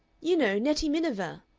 you know nettie miniver!